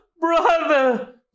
brother